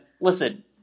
listen